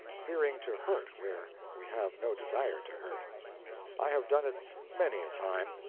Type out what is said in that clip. fearing to hurt where we have no desire to hurt i have done it many a time,